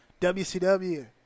WCW